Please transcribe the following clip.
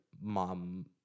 mom